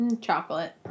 Chocolate